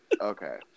Okay